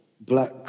black